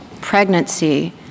pregnancy